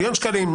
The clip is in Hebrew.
מיליון שקלים,